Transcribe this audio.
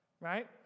right